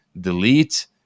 delete